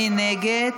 מי נגד?